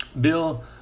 Bill